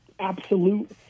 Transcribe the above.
absolute